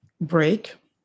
break